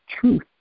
truth